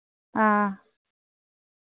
हां